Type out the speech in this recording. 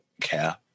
care